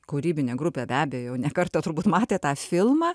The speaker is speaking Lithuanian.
kūrybinė grupė be abejo jau ne kartą turbūt matė tą filmą